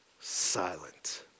silent